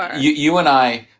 you you and i,